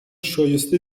شایسته